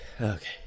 okay